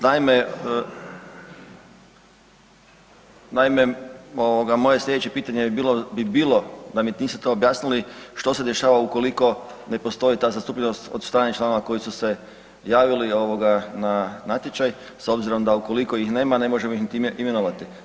Naime moje sljedeće pitanje bi bilo da mi niste to objasnili, što se dešava ukoliko ne postoji ta zastupljenost od strane članova koji su se javili na natječaj s obzirom da ukoliko ih nema ne možemo ih time imenovati?